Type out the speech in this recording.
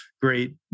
great